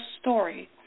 story